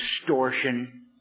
distortion